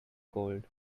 gold